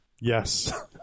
Yes